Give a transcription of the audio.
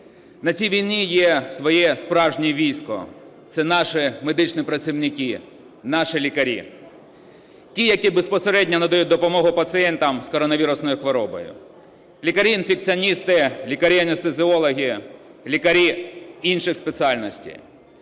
На цій війні є своє справжнє військо – це наші медичні працівники, наші лікарі. Ті, які безпосередньо надають допомогу пацієнтам з коронавірусною хворобою: лікарі-інфекціоністи, лікарі-анестезіологи, лікарі інших спеціальностей,